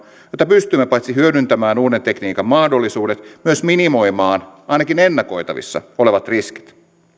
pystymme paitsi hyödyntämään uuden tekniikan mahdollisuudet myös minimoimaan ainakin ennakoitavissa olevat riskit liikenne